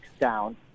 down